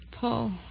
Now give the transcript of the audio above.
Paul